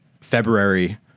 February